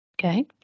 okay